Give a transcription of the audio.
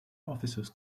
officers